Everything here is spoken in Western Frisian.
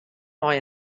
mei